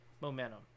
momentum